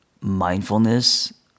mindfulness